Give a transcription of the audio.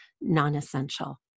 non-essential